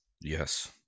Yes